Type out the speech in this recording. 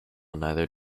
neither